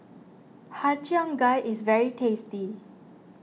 Har Cheong Gai is very tasty